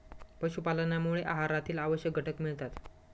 पशुपालनामुळे आहारातील आवश्यक घटक मिळतात